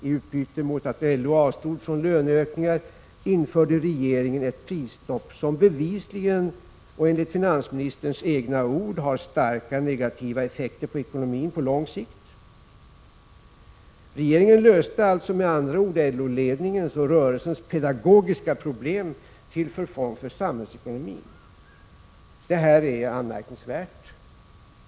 I utbyte mot att LO avstod från löneökningar, införde regeringen ett prisstopp som bevisligen och enligt finansministerns egna ord har starka negativa effekter på ekonomin på lång sikt. Regeringen löste med andra ord LO-ledningens och rörelsens pedagogiska problem till förfång för samhällsekonomin. Detta är anmärkningsvärt.